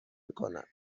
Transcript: میکند